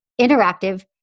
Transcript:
interactive